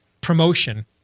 promotion